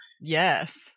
Yes